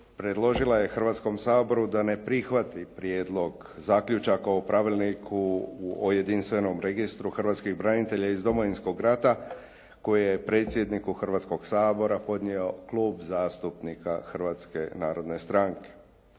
predložila je Hrvatskom saboru da ne prihvati prijedlog, zaključak o pravilniku o jedinstvenom registru Hrvatskih branitelja iz Domovinskog rata koji je predsjedniku Hrvatskog sabora podnio Klub zastupnika Hrvatske narodne stranke.